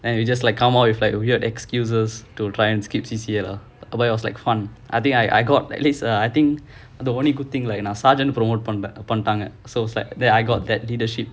and we just like come out with like weird excuses to try and skip C_C_A lah how about yours like fun I think I I got at least err I think the only good thing like sergeant promote பண்டாங்க:pantaanga so it's like that I got that leadership